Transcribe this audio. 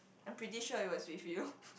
I'm pretty sure it was with you